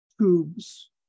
tubes